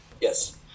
Yes